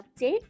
Update